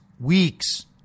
weeks